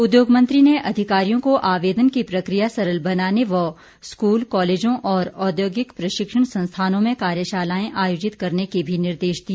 उद्योग मंत्री ने अधिकारियों को आवेदन की प्रक्रिया सरल बनाने व स्कूल कॉलेजों और औद्योगिक प्रशिक्षण संस्थानों में कार्यशालाएं आयोजित करने के भी निर्देश दिए